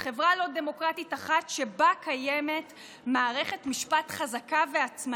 חברה לא דמוקרטית אחת שבה קיימת מערכת משפט חזקה ועצמאית.